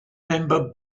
member